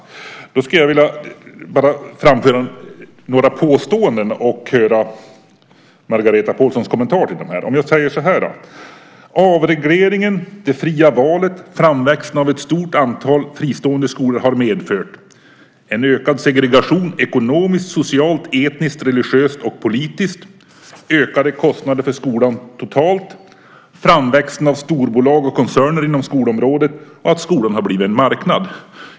Jag skulle nu vilja lägga fram några påståenden och få höra Margareta Pålssons kommentarer till dem. Avregleringen, det fria valet och framväxten av ett stort antal fristående skolor har medfört en ökad segregation etniskt, socialt, religiöst och politiskt, ökade kostnader för skolan totalt, framväxten av storbolag och koncerner på skolområdet och att skolan har blivit en marknad.